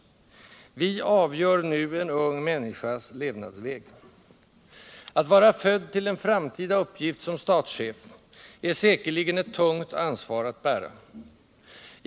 Vi avgör nu en ung människas levnadsväg. Att vara född till en framtida uppgift som statschef är säkerligen ett tungt ansvar att bära.